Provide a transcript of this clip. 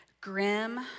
Grim